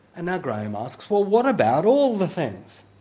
and now graham asks, well what about all the things?